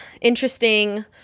interesting